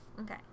Okay